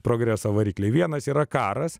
progreso varikliai vienas yra karas